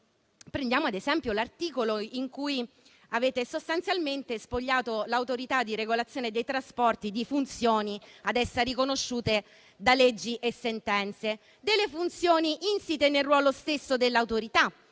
Prendiamo ad esempio l'articolo in cui avete sostanzialmente spogliato l'Autorità di regolazione dei trasporti di funzioni ad essa riconosciute da leggi e sentenze, funzioni insite nel ruolo stesso dell'Autorità;